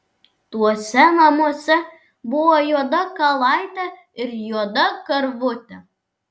tuose namuose buvo juoda kalaitė ir juoda karvutė